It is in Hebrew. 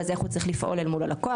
אז איך הוא צריך לפעול אל מול הלקוח?